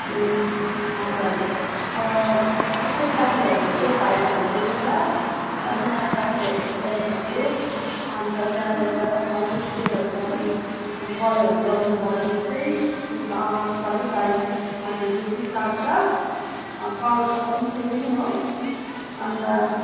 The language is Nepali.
ए हजुर स्ट्रेट काट्नुभयो भने चाहिँ फाइभ हन्ड्रेडदेखि छ रिहाना काट्नुभयो भने सेभेन हन्ड्रेड अन्त त्यहाँबाट उता तपाईँलाई अझै स्ट्रेटहरू गर्नु कर्लहरू गर्नु छ भने चाहिँ अन्त थट्टी फाइभ हन्ड्रेडदेखि स्टार्ट छ कलरको पनि त्यत्ति नै हो अन्त